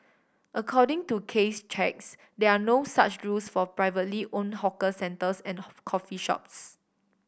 according to Case checks there are no such rules for privately own hawkers centres and coffee shops